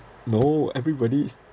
no everybody is